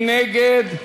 מי נגד?